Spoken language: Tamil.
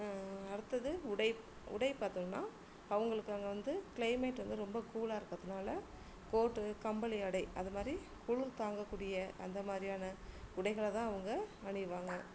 அடுத்தது உடை உடை பார்த்தோம்னா அவங்களுக்கு அங்கே வந்து கிளைமேட் வந்து ரொம்ப கூலாக இருக்கிறதுனால கோட்டு கம்பளி ஆடை அந்தமாதிரி குளிர் தாங்கக்கூடிய அந்த மாதிரியான உடைகளைதான் அவங்க அணிவாங்க